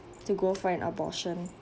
to go for an abortion